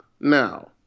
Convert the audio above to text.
now